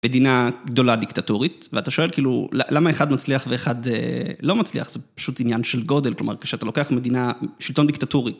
מדינה גדולה דיקטטורית ואתה שואל כאילו למה אחד מצליח ואחד לא מצליח זה פשוט עניין של גודל כלומר כשאתה לוקח מדינה שלטון דיקטטורי